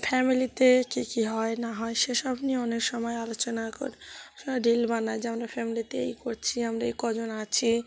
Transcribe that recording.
ফ্যামিলিতে কী কী হয় না হয় সেসব নিয়ে অনেক সময় আলোচনা কর অনেক সময় রিল বানাই যে আমরা ফ্যামিলিতে এই করছি আমরা এই কজন আছি